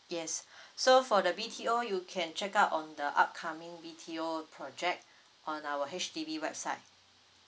yes so for the B_T_O you can check out on the upcoming B_T_O project on our H_D_B website